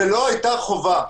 זו לא היתה חובה.